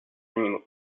animaux